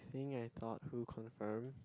you think I thought who confirm